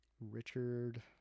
Richard